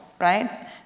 right